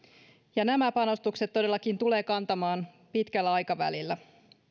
ja nämä panostukset todellakin tulevat kantamaan pitkällä aikavälillä